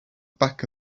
back